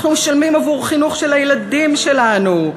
אנחנו משלמים עבור חינוך של הילדים שלנו,